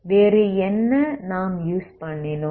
வேறு என்ன நாம் யூஸ் பண்ணினோம்